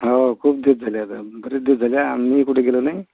हो खूप दिवस झाले आता बरेच दिवस झाले आम्हीबी कुठं गेलो नाही